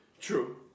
True